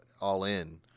All-In